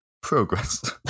progress